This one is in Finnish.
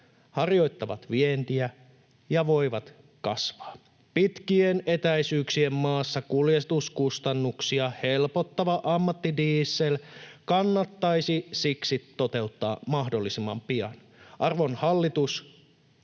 harjoittavat vientiä ja voivat kasvaa. Pitkien etäisyyksien maassa kuljetuskustannuksia helpottava ammattidiesel kannattaisi siksi toteuttaa mahdollisimman pian. Arvon hallitus,